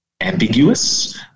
ambiguous